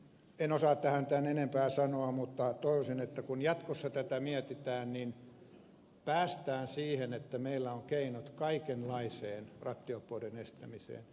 en osaa tähän tämän enempää sanoa mutta toivoisin että kun jatkossa tätä mietitään niin päästään siihen että meillä on keinot kaikenlaiseen rattijuoppouden estämiseen